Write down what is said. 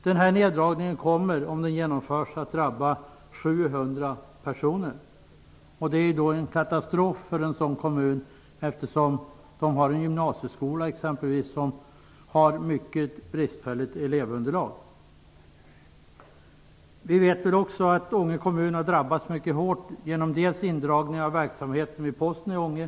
Den här neddragningen kommer, om den genomförs, att drabba 700 personer. Det är en katastrof för kommunen. Där finns t.ex. en gymnasieskola som har ett mycket bristfälligt elevunderlag. Vi vet också att Ånge kommun har drabbats mycket hårt av indragningar av verksamheten vid Posten i Ånge.